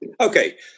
okay